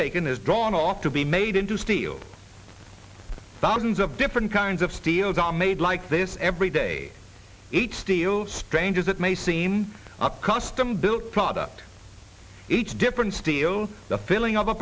taken is drawn off to be made into steel thousands of different kinds of steels are made like this every day eight steel strange as it may seem a custom built product each different steels the filling of a